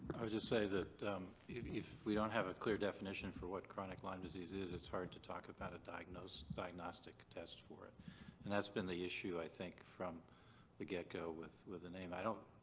i would just say that if if we don't have a clear definition for what chronic lyme disease is it's hard to talk about a diagnosis. diagnostic test for it and that's been the issue, i think, from the get-go with with the name. i don't.